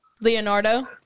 Leonardo